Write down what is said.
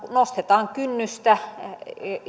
nostetaan kynnystä